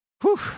Whew